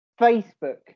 Facebook